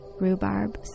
rhubarb